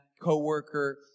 coworker